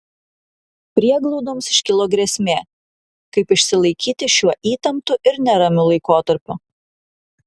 prieglaudoms iškilo grėsmė kaip išsilaikyti šiuo įtemptu ir neramiu laikotarpiu